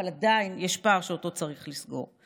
אבל עדיין יש פער שאותו צריך לסגור.